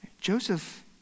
Joseph